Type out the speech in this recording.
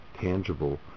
tangible